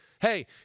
Hey